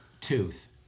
tooth